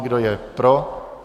Kdo je pro?